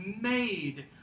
made